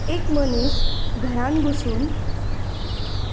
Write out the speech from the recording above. एक मनीस घरांत बसून